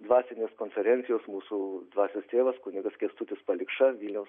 dvasinės konferencijos mūsų dvasios tėvas kunigas kęstutis palikša vilniaus